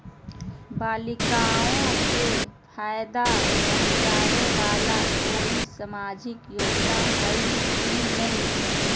बालिकाओं के फ़ायदा पहुँचाबे वाला कोई सामाजिक योजना हइ की नय?